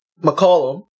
McCollum